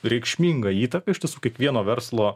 reikšmingą įtaką iš tiesų kiekvieno verslo